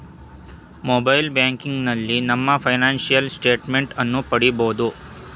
mobile ಬ್ಯಾಂಕಿನಲ್ಲಿ ನಮ್ಮ financial statement ಅನ್ನು ಪಡಿಬೋದು